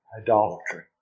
idolatry